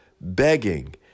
begging